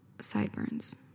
sideburns